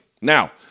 Now